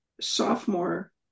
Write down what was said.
sophomore